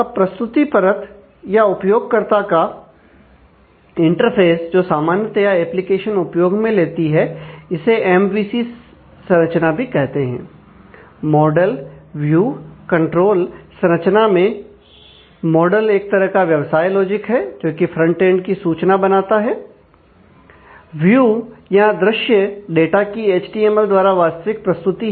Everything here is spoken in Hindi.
अब प्रस्तुति परत या उपयोगकर्ता का इंटरफेस जो सामान्यतया एप्लीकेशन उपयोग में लेती है इसे एमवीसी संरचना मैं मॉडल एक तरह का व्यवसाय लॉजिक है जोकि फ्रंटएंड की सूचना द्वारा बनता है